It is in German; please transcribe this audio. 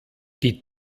die